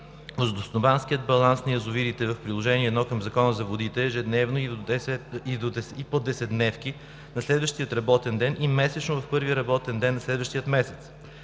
водостопанския баланс на язовирите в Приложение № 1 от Закона за водите – ежедневно и по десетдневки – на следващия работен ден, и месечно – в първия работен ден на следващия месец.